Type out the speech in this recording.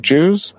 Jews